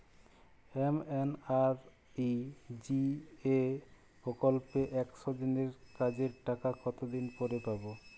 MNREGA প্রকল্পে একশ দিনের কাজের টাকা কতদিন পরে পরে পাব?